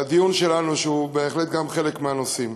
לדיון שלנו, שהוא בהחלט גם חלק מהנושאים,